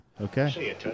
Okay